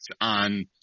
on